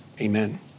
Amen